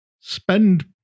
spend